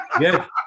Yes